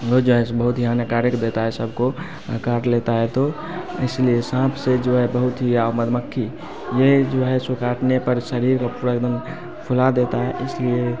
वो जो है सो बहुत ही हानिकारक देता है सबको काट लेता है तो इसलिए साँप से जो है बहुत ही मधुमक्खी ये जो है सो काटने पर शरीर को पूरा एकदम फूला देता है इसलिए